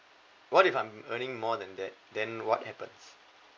what if I'm earning more than that then what happens